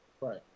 Right